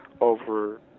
over